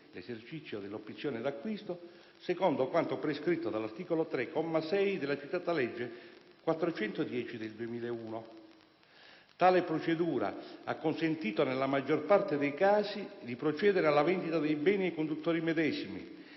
l'esercizio dell'opzione d'acquisto, secondo quanto prescritto dall'articolo 3, comma 6, della citata legge n. 410 del 2001. Tale procedura ha consentito, nella maggior parte dei casi, di procedere alla vendita dei beni ai conduttori medesimi,